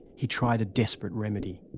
he tried a desperate remedy.